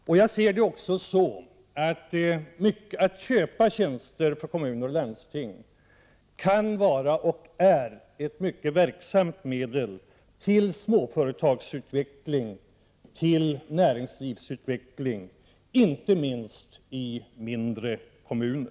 Att kommuner och landsting köper tjänster kan vara och är ett mycket verksamt medel för småföretagsutveckling och näringslivsutveckling, inte minst i mindre kommuner.